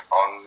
on